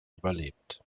überlebt